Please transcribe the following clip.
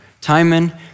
Timon